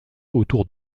autour